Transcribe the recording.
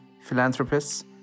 philanthropists